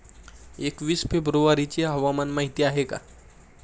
एकवीस फेब्रुवारीची हवामान माहिती आहे का?